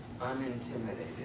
unintimidated